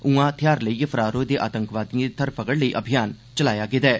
उआं थेयार लेइयै फरार होए दे आतंकवादिएं दी धर फगड़ लेई अभियान बी चलाया गेदा ऐ